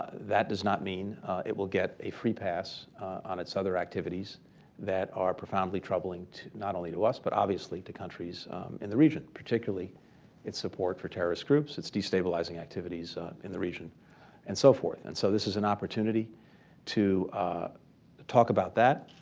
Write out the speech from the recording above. that does not mean it will get a free pass on its other activities that are profoundly troubling not only to us, but obviously to countries in the region, particularly its support for terrorist groups, its destabilizing activities in the region and so forth. and so this is an opportunity to talk about that,